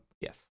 Yes